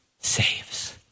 saves